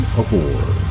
aboard